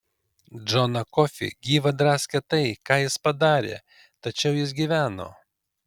džoną kofį gyvą draskė tai ką jis padarė tačiau jis gyveno